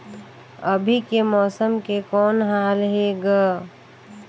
अभी के मौसम के कौन हाल हे ग?